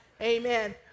amen